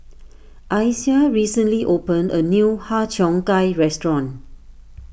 Isiah recently opened a new Har Cheong Gai restaurant